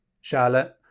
Charlotte